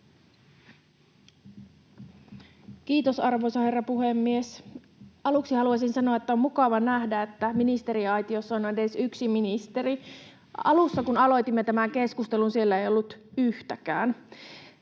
Kiitos, arvoisa herra puhemies! Aluksi haluaisin sanoa, että on mukava nähdä, että ministeriaitiossa on edes yksi ministeri. Alussa, kun aloitimme tämän keskustelun, siellä ei ollut yhtäkään.